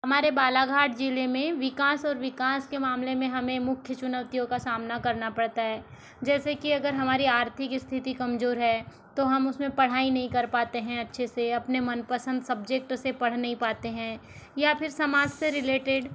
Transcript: हमारे बालाघाट जिले में विकास और विकास के मामले में हमें मुख्य चुनौतियों का सामना करना पड़ता है जैसे कि अगर हमारी आर्थिक स्थिति कमजोर है तो हम उसमें पढ़ाई नहीं कर पाते हैं अच्छे से अपने मन पसंद सब्जेक्ट से पढ़ नहीं पाते हैं या फिर समाज से रिलेटेड